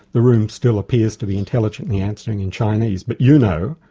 the room still appears to be intelligently answering in chinese, but you know,